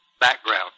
background